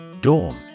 Dawn